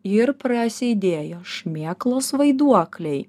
ir prasidėjo šmėklos vaiduokliai